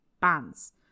bands